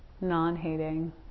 non-hating